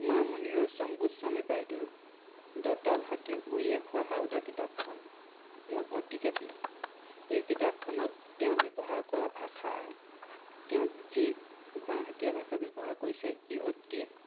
মামণি ৰয়ছম গোস্বামী বাইদেউৰ দঁতাল হাতীৰ উঁয়ে খোৱা হাওদা কিতাপখন মোৰ অতিকৈ প্ৰিয় এই কিতাপখনত তেওঁ ব্যৱহাৰ কৰা ভাষা তেওঁ যি গুৱাহাটীয়া ভাষা ব্যৱহাৰ কৰিছে ই অতি